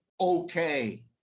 okay